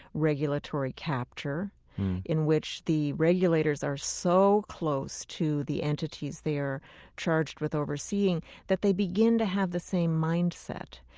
regulatory capture in which the regulators are so close to the entities they are charged with overseeing that they begin to have the same mindset.